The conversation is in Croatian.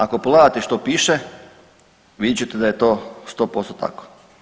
Ako pogledate što piše vidjet ćete da je to 100% tako.